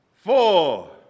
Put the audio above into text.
Four